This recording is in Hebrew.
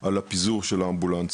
על הפיזור של האמבולנסים,